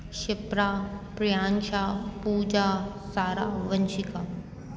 Shipra Priyansha Puja Sara Vanshika